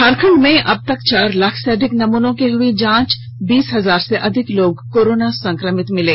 झारखंड में अब तक चार लाख से अधिक नमूनों की हई जांच बीस हजार से अधिक लोग कोरोना संक्रमित मिले